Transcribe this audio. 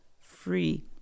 free